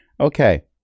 Okay